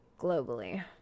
globally